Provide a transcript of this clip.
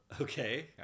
Okay